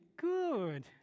good